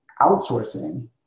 outsourcing